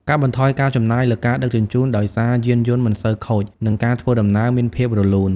កាត់បន្ថយការចំណាយលើការដឹកជញ្ជូន ដោយសារយានយន្តមិនសូវខូច និងការធ្វើដំណើរមានភាពរលូន។